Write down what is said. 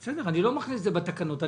אני לא מכניס את זה בתקנות.